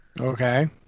Okay